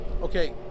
Okay